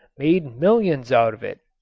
made millions out of it.